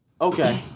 Okay